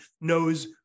knows